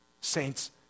Saints